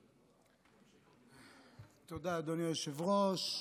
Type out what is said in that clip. תודה, אדוני היושב-ראש.